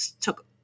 took